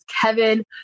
Kevin